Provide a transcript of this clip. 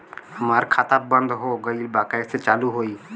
हमार खाता बंद हो गईल बा कैसे चालू होई?